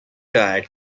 diet